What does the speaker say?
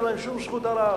אין להם שום זכות על הארץ.